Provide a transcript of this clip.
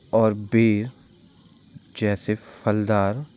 और बेर जैसे फलदार